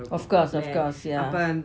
of course of course yeah